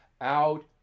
out